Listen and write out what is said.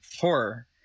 horror